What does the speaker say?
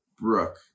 Brooke